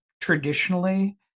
traditionally